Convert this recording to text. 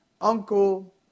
uncle